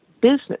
business